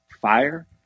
fire